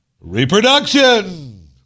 reproduction